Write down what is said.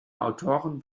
autoren